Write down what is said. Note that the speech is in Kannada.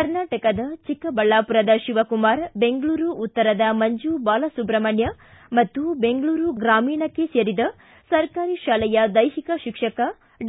ಕರ್ನಾಟಕದ ಚಿಕ್ಕಬಳ್ಳಾಮರದ ಶಿವಕುಮಾರ್ ಬೆಂಗಳೂರು ಉತ್ತರದ ಮಂಜು ಬಾಲಸುಬ್ರಮಣ್ಯಂ ಮತ್ತು ಬೆಂಗಳೂರು ಗ್ರಾಮೀಣಕ್ಕೆ ಸೇರಿದ ಸರ್ಕಾರಿ ಶಾಲೆಯ ದೈಹಿಕ ಶಿಕ್ಷಕ